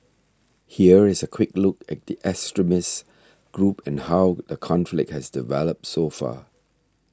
here is a quick look at the extremist group and how the conflict has developed so far